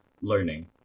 learning